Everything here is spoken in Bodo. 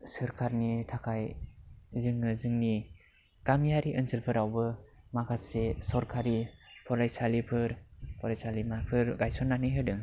सोरखारनि थाखाय जोङो जोंनि गामियारि ओनसोलफोरावबो माखासे सरखारि फरायसालिफोर फरायसालिमाफोर गायसननानै होदों